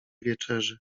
wieczerzy